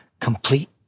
Complete